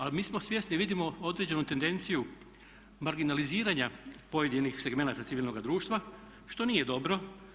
Ali mi smo svjesni, vidimo određenu tendenciju marginaliziranja pojedinih segmenata civilnoga društva što nije dobro.